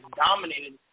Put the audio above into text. dominated